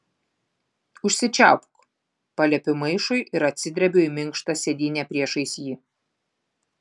užsičiaupk paliepiu maišui ir atsidrebiu į minkštą sėdynę priešais jį